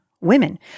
women